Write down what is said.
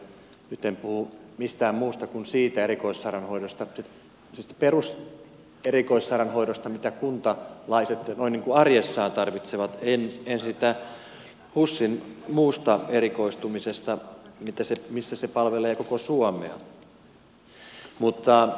nyt en puhu mistään muusta kuin siitä peruserikoissairaanhoidosta mitä kuntalaiset arjessaan tarvitsevat en siitä muusta husin erikoistumisesta missä se palvelee koko suomea